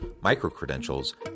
micro-credentials